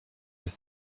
was